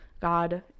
god